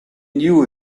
knew